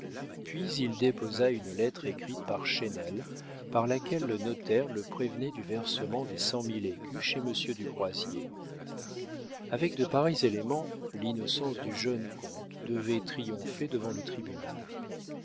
puis il déposa une lettre écrite par chesnel par laquelle le notaire le prévenait du versement des cent mille écus chez monsieur du croisier avec de pareils éléments l'innocence du jeune comte devait triompher devant le tribunal